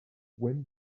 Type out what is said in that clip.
when